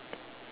ya